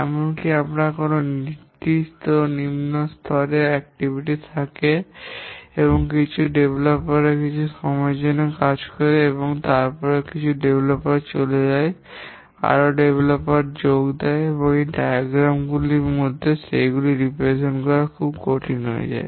এমনকি যদি আমাদের নিম্ন স্তরের কার্যকলাপ থাকে কিছু বিকাশকারী কিছু সময়ের জন্য কাজ করে এবং তারপরে কিছু বিকাশকারী চলে যায় আরও বিকাশকারী যোগ দেয় এবং এই চিত্র এর মধ্যে সেগুলি চিত্রিত করা খুব কঠিন হয়ে যায়